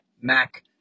Mac